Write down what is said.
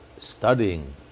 Studying